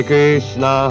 Krishna